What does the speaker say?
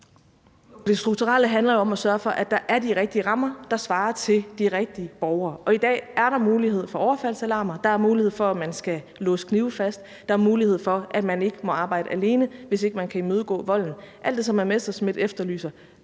Det strukturelle handler jo om at sørge for, at der er de rigtige rammer, der svarer til de rigtige borgere, og i dag er der mulighed for overfaldsalarmer. Der er mulighed for, at man skal låse knive fast. Der er mulighed for, at man ikke må arbejde alene, hvis man ikke kan imødegå volden – alt det, som hr. Morten Messerschmidt efterlyser.